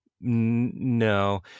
No